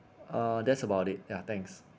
uh that's about it ya thanks